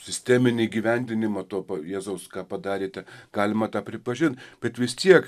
sisteminį įgyvendinimą to pa jėzaus ką padarėte galima tą pripažint bet vis tiek